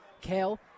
Kale